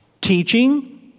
Teaching